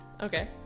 Okay